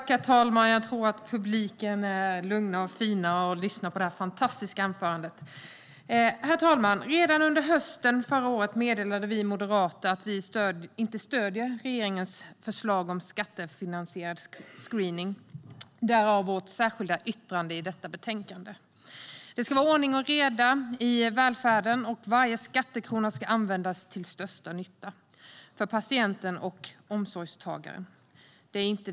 Herr talman! Redan under hösten förra året meddelade vi moderater att vi inte stöder regeringens förslag om skattefinansierad screening - därav vårt särskilda yttrande i betänkandet. Det ska vara ordning och reda i välfärden, och varje skattekrona ska användas till största nytta för patienten och omsorgstagaren.